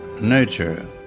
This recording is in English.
nature